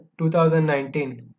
2019